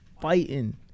fighting